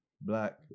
black